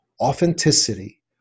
authenticity